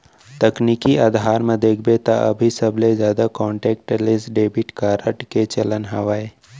तकनीकी अधार म देखबे त अभी सबले जादा कांटेक्टलेस डेबिड कारड के चलन हावय